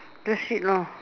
that's it lah